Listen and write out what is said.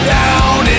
down